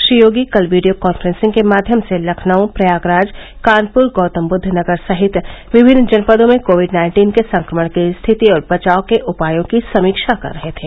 श्री योगी कल video conferencing के माध्यम से लखनऊ प्रयागराज कानपुर गौतमबुद्वनगर सहित विभिन्न जनपदों में कोविड नाइन्टीन के संक्रमण की स्थिति और बचाव के उपायों की समीक्षा कर रहे थे